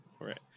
right